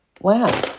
wow